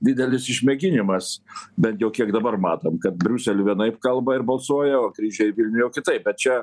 didelis išmėginimas bent jau kiek dabar matom kad briusely vienaip kalba ir balsuoja o grįžę į vilnių jau kitaip bet čia